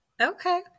Okay